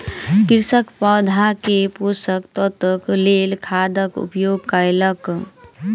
कृषक पौधा के पोषक तत्वक लेल खादक उपयोग कयलक